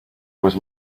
was